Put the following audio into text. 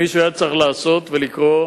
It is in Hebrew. מישהו היה צריך לעשות ולקרוא